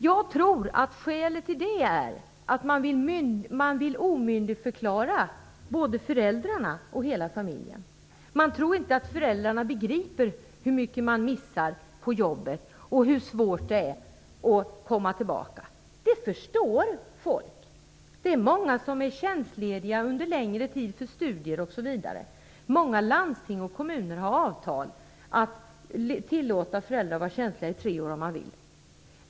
Jag tror att skälet är att man vill omyndigförklara både föräldrarna och hela familjen. Man tror inte att föräldrarna begriper hur mycket de missar på jobbet och hur svårt det är att komma tillbaka. Detta förstår folk. Det är många som är tjänstlediga under en längre tid för studier osv. Många landsting och kommuner har avtal som gör att föräldrar tillåts att vara tjänstlediga i tre år om de vill.